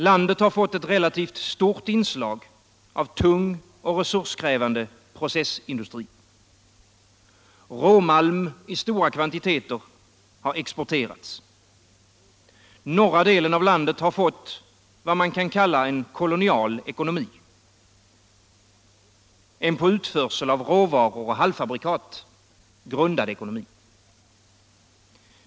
Landet har fått ett relativt stort inslag av tung och resurskrävande processindustri. Råmalm i stora kvantiteter har exporterats. Norra delen av landet har fått vad man kalla en kolonial ekonomi — en på utförsel av råvaror och halvfabrikat baserad ekonomi.